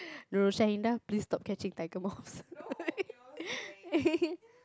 Nurul please stop catching tiger moths